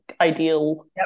ideal